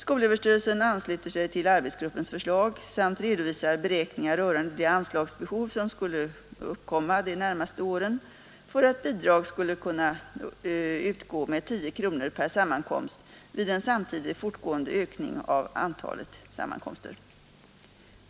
Skolöverstyrelsen ansluter sig till arbetsgruppens förslag samt redovisar beräkningar rörande de anslagsbehov som skulle uppkomma de närmaste åren för att bidrag skulle kunna utgå med 10 kronor per sammankomst vid en samtidig fortgående ökning av antalet sammankomster.